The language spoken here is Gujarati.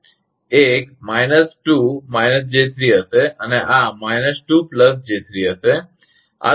એક 2 j3 હશે અને આ 2 j3 હશે